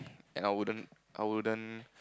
and I wouldn't I wouldn't